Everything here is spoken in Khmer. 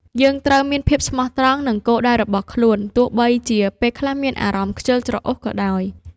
យើងត្រូវមានភាពស្មោះត្រង់នឹងគោលដៅរបស់ខ្លួនឯង ទោះបីជាពេលខ្លះមានអារម្មណ៍ខ្ជិលច្រអូសក៏ដោយ។